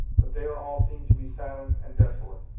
but there all seemed to be silent and desolate,